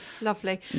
Lovely